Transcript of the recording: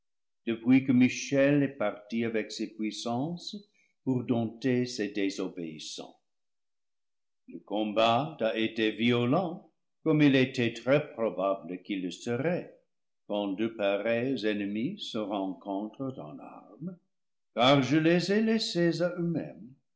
depuis que michel est parti avec ses puissances pour dompter ces désobéissants le combat a été violent comme il était très probable qu'il le serait quand deux pareils ennemis se rencontrent en armes car je les ai laissés à eux-mêmes